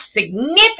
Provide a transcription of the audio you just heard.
significant